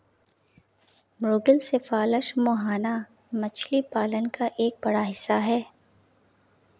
मुगिल सेफालस मुहाना मछली पालन का एक बड़ा हिस्सा है